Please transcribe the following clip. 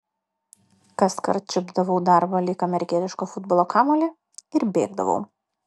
kaskart čiupdavau darbą lyg amerikietiško futbolo kamuolį ir bėgdavau